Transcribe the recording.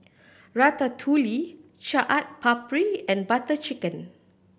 Ratatouille Chaat Papri and Butter Chicken